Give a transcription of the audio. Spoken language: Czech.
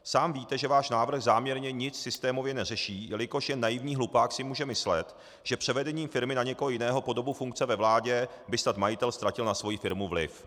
Sám víte, že váš návrh záměrně nic systémově neřeší, jelikož jen naivní hlupák si může myslet, že převedením firmy na někoho jiného po dobu funkce ve vládě by snad majitel ztratil na svoji firmu vliv.